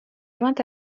joint